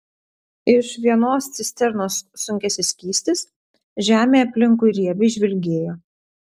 iš vienos cisternos sunkėsi skystis žemė aplinkui riebiai žvilgėjo